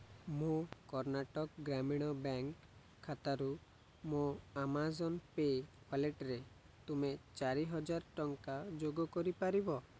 ମୋ କର୍ଣ୍ଣାଟକ ଗ୍ରାମୀଣ ବ୍ୟାଙ୍କ ଖାତାରୁ ମୋ ଆମାଜନ୍ ପେ ୱାଲେଟ୍ରେ ତୁମେ ଚାରିହଜାର ଟଙ୍କା ଯୋଗ କରିପାରିବ